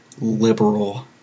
liberal